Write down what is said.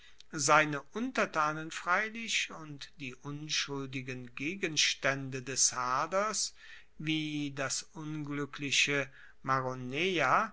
seine untertanen freilich und die unschuldigen gegenstaende des haders wie das unglueckliche maroneia